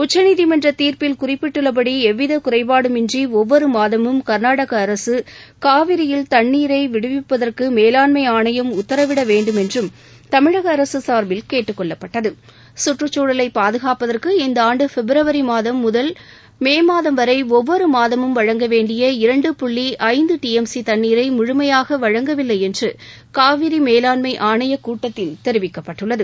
உச்சீதிமன்ற தீாப்பில் குறிப்பிட்டுள்ளபடி எவ்வித குறைபாடுமின்றி ஒவ்வொரு மாதமும் கள்நாடக அரசு காவியில் தண்ணீரை விடுவிப்பதற்கு மேலாண்மை ஆணையம் உத்தரவிட வேண்டுமென்றும் கேட்டுக் கொள்ளப்பட்டது சுற்றுச்சூழலை பாதுகாப்பதற்கு இந்த ஆண்டு பிப்ரவரி மாதம் முதல் மே மாதம் வரை ஒவ்வொரு மாதமும் வழங்க வேண்டிய இரண்டு புள்ளி ஐந்து டி எம் சி தண்ணீரை முழுமையாக வழங்கவில்லை என்று மேலாண்மை ஆணையக் கூட்டத்தில் தெரிவிக்கப்பட்டது